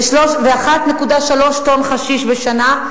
ו-1.3 טונה חשיש בשנה,